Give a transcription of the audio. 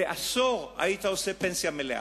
בעשור היית עושה פנסיה מלאה.